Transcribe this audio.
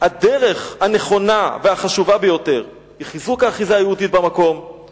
הדרך הנכונה והחשובה ביותר לחיזוק האחיזה היהודית במקום היא